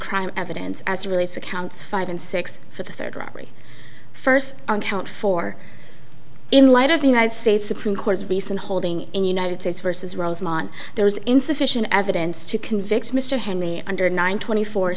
crime evidence as really sick counts five and six for the third robbery first on count four in light of the united states supreme court's recent holding in united states versus rosemont there was insufficient evidence to convict mr headley under nine twenty four